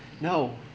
No